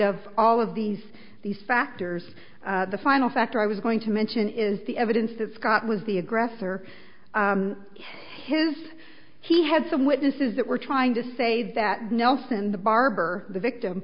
of all of these these factors the final factor i was going to mention is the evidence that scott was the aggressor his he had some witnesses that were trying to say that nelson the barber the victim